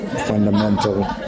Fundamental